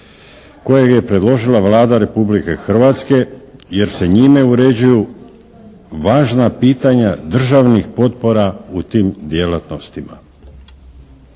kojeg je predložila Vlada Republike Hrvatske jer se njime uređuju važna pitanja državnih potpora u tim djelatnostima.